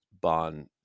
Bond